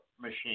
machine